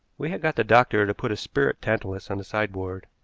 we had got the doctor to put a spirit tantalus on the sideboard,